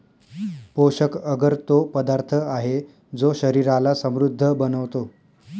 पोषक अगर तो पदार्थ आहे, जो शरीराला समृद्ध बनवतो